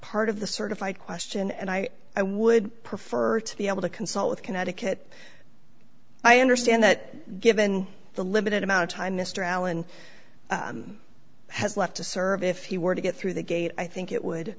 part of the certified question and i would prefer to be able to consult with connecticut i understand that given the limited amount of time mr allen has left to serve if he were to get through the gate i think it would